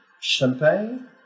champagne